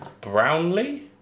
Brownlee